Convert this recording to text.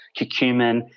curcumin